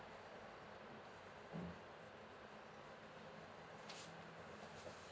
mm